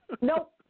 Nope